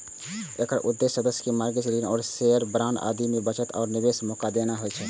एकर उद्देश्य सदस्य कें मार्गेज, ऋण, शेयर, बांड आदि मे बचत आ निवेशक मौका देना होइ छै